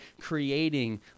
creating